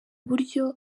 buryo